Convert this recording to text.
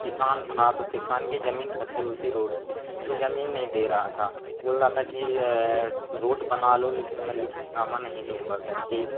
किसान था तो किसान की जमीन फँसी हुई थी रोड से तो जमीन नहीं दे रहा था बोल रहा था कि रोड बना लो लेकिन मैं लिखितनामा नहीं दूँगा करके